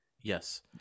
Yes